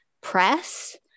press